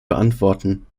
beantworten